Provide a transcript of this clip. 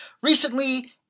Recently